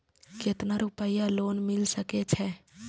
केतना रूपया लोन मिल सके छै?